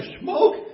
smoke